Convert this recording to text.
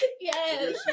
Yes